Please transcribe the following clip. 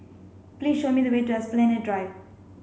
please show me the way to Esplanade Drive